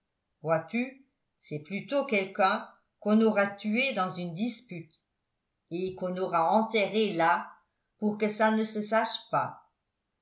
vois-tu c'est plutôt quelqu'un qu'on aura tué dans une dispute et qu'on aura enterré là pour que ça ne se sache pas